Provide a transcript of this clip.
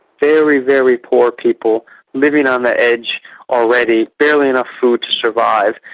very, very poor people living on the edge already, barely enough food to survive,